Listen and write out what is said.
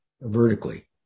vertically